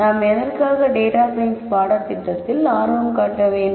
நாம் எதற்காக data science பாடத்திட்டத்தில் ஆர்வம் காட்ட வேண்டும்